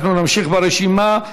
אנחנו נמשיך ברשימה.